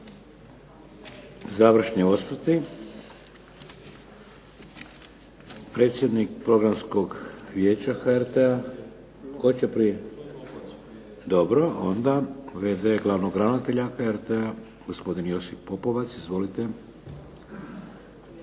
Završni osvrti. Predsjednik Programskog vijeća HRT-a, tko će prije? Dobro onda, v.d. glavnog ravnatelja HRT-a gospodin Josip Popovac. Izvolite.